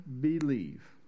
believe